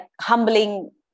humbling